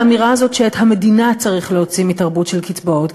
האמירה הזאת שאת המדינה צריך להוציא מתרבות של קצבאות,